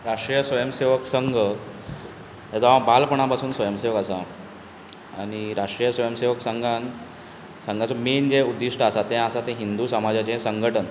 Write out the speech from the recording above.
राष्ट्रीय स्वयं सेवक हेचो हांव बालपणा साकून स्वयं सेवक आसा आनी राष्ट्रीय स्वयं सेवक संघाचो मेन जें उद्दीश्ट आसा तें आसा तें हिंदू समाजाचें संघटण